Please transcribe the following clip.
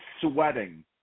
sweating